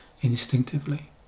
instinctively